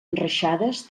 enreixades